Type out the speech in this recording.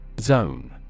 Zone